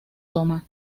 toma